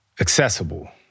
Accessible